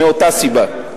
מאותה סיבה.